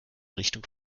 richtung